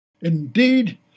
Indeed